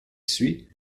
suit